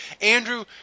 Andrew